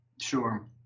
Sure